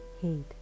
hate